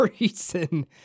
reason